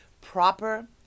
proper